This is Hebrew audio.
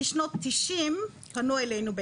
משנות התשעים פנו אלינו,